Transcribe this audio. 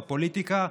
בפוליטיקה?